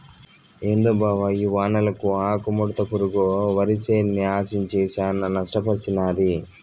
ఏందో బావ ఈ వానలకు ఆకుముడత పురుగు వరిసేన్ని ఆశించి శానా నష్టపర్సినాది